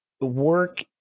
work